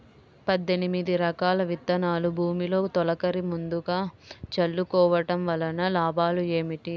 పద్దెనిమిది రకాల విత్తనాలు భూమిలో తొలకరి ముందుగా చల్లుకోవటం వలన లాభాలు ఏమిటి?